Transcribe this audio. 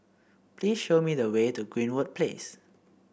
please show me the way to Greenwood Place